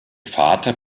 vater